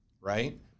right